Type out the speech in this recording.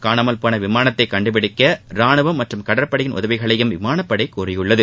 காணாமல் போன விமானத்தை கண்டுபிடிக்க ராணுவம் மற்றும் கடற்படையின் உதவிகளையும் விமானப்படை கோரியுள்ளது